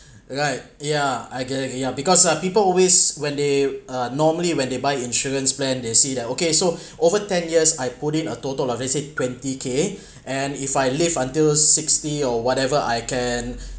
right yeah I guess yeah because uh people always when they uh normally when they buy insurance plan they see that okay so over ten years I put in a total like let's say twenty K and if I live until sixty or whatever I can